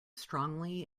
strongly